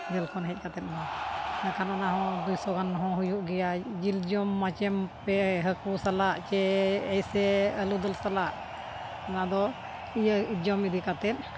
ᱡᱮᱞ ᱠᱷᱚᱱ ᱦᱮᱡ ᱠᱟᱛᱮᱫ ᱢᱟ ᱮᱱᱠᱷᱟᱱ ᱚᱱᱟᱦᱚᱸ ᱫᱩᱭᱥᱚ ᱜᱟᱱ ᱦᱚᱸ ᱦᱩᱭᱩᱜ ᱜᱮᱭᱟ ᱡᱤᱞ ᱡᱚᱢ ᱢᱟᱪᱮᱢ ᱯᱮ ᱦᱟᱹᱠᱩ ᱥᱟᱞᱟᱜ ᱪᱮ ᱮᱭᱥᱮ ᱟᱞᱩ ᱫᱟᱹᱞ ᱥᱟᱞᱟᱜ ᱚᱱᱟᱫᱚ ᱤᱭᱟᱹ ᱡᱚᱢ ᱤᱫᱤ ᱠᱟᱛᱮᱫ